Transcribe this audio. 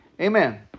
Amen